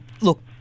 look